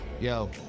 Yo